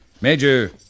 Major